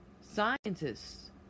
scientists